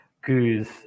goose